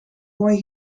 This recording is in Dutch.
mooi